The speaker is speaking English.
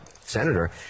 Senator